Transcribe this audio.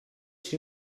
she